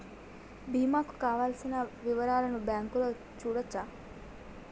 బీమా కు కావలసిన వివరాలను బ్యాంకులో చూడొచ్చా?